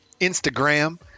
Instagram